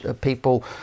people